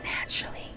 naturally